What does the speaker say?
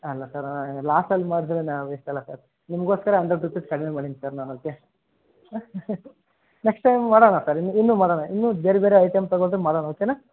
ಅಲ್ಲ ಸರ್ ಲಾಸಲ್ಲಿ ಮಾರಿದರೆ ನಾವು ಗಿಟ್ಟೋಲ್ಲ ಸರ್ ನಿಮಗೋಸ್ಕರ ಹಂಡ್ರೆಡ್ ರುಪೀಸ್ ಕಡಿಮೆ ಮಾಡಿದ್ದೀನಿ ಸರ್ ನಾನು ಓಕೆ ನೆಕ್ಸ್ಟ್ ಟೈಮ್ ಮಾಡೋಣ ಸರ್ ಇನ್ನೂ ಮಾಡೋಣ ಇನ್ನು ಬೇರೆ ಬೇರೆ ಐಟಮ್ ತಗೊಂಡರೆ ಮಾಡೋಣ ಓಕೆನಾ